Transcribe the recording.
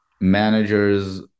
managers